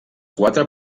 quatre